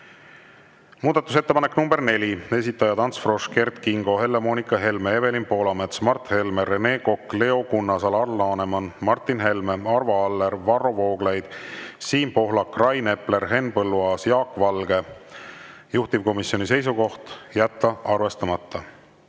Muudatusettepanek nr 4, esitajad Ants Frosch, Kert Kingo, Helle-Moonika Helme, Evelin Poolamets, Mart Helme, Rene Kokk, Leo Kunnas, Alar Laneman, Martin Helme, Arvo Aller, Varro Vooglaid, Siim Pohlak, Rain Epler, Henn Põlluaas ja Jaak Valge, juhtivkomisjoni seisukoht: jätta arvestamata.